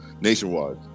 nationwide